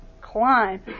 climb